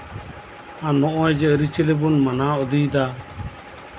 ᱟᱨ ᱱᱚᱜᱼᱚᱭ ᱡᱮ ᱟᱹᱨᱤᱪᱟᱹᱞᱤ ᱵᱚᱱ ᱢᱟᱱᱟᱣ ᱤᱫᱤᱭᱮᱫᱟ